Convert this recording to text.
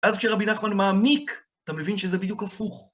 אז כשרבי נחמן מעמיק, אתה מבין שזה בדיוק הפוך.